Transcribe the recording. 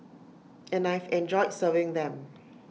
and I've enjoyed serving them